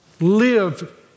Live